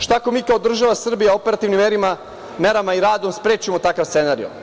Šta ako mi kao država Srbija operativnim merama i radom sprečimo takav scenariju?